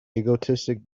egoistic